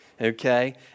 okay